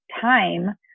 time